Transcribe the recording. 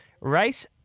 Race